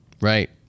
Right